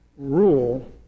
Rule